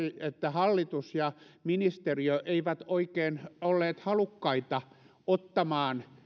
että hallitus ja ministeriö eivät oikein olleet halukkaita ottamaan